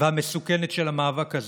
והמסוכנת של המאבק הזה.